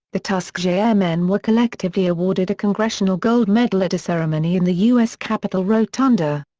the tuskegee airmen were collectively awarded a congressional gold medal at a ceremony in the u s. capitol rotunda.